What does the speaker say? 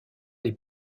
les